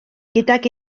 gydag